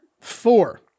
four